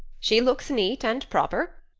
she looks neat and proper.